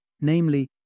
namely